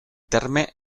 terme